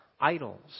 idols